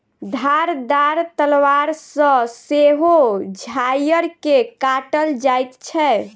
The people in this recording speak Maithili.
धारदार तलवार सॅ सेहो झाइड़ के काटल जाइत छै